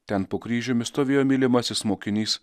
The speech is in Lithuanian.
ten po kryžiumi stovėjo mylimasis mokinys